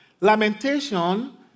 Lamentation